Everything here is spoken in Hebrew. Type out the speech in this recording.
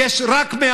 למשל קנסות